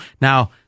Now